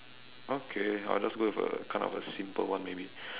okay I will just go with a kind of a simple one maybe